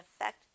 effect